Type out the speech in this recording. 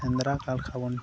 ᱥᱮᱸᱫᱽᱨᱟ ᱠᱟᱨᱠᱟ ᱵᱚᱱ